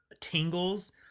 tingles